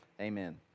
Amen